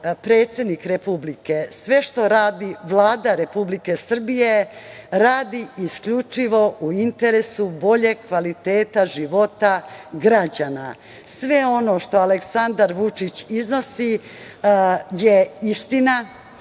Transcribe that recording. predsednik Republike, sve što radi Vlada Republike Srbije, radi isključivo u interesu boljeg kvaliteta života građana. Sve ono što Aleksandar Vučić iznosi je istina,